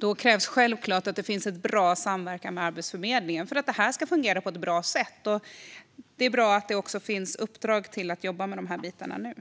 Då krävs självklart att det finns en bra samverkan med Arbetsförmedlingen för att det ska fungera på ett bra sätt. Det är bra att det också finns ett uppdrag att jobba med de här delarna nu.